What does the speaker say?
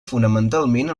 fonamentalment